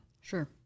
Sure